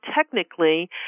technically